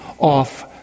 off